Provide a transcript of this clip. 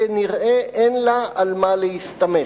כנראה אין לה על מה להסתמך.